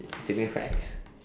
stating facts